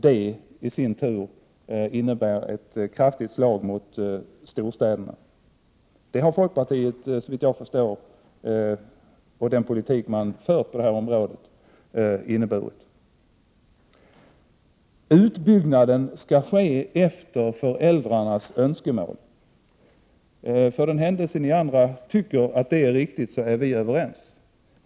Det i sin tur innebar ett kraftigt slag mot storstäderna. Såvitt jag förstår gick folkpartiets politik ut på detta. Utbyggnaden skall ske efter föräldrarnas önskemål. För den händelse ni andra tycker så är vi överens.